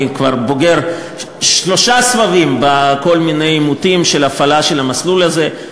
אני כבר בוגר שלושה סבבים בכל מיני עימותים של הפעלה של המסלול הזה,